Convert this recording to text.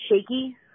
shaky